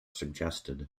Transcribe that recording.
suggested